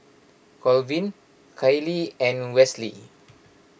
Colvin Kyleigh and Wesley